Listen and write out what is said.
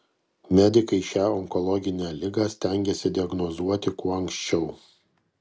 medikai šią onkologinę ligą stengiasi diagnozuoti kuo anksčiau